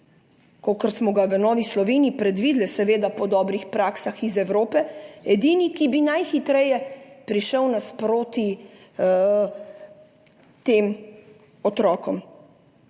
kakor smo ga v Novi Sloveniji predvideli, seveda po dobrih praksah iz Evrope, edini, ki bi najhitreje prišel nasproti tem otrokom.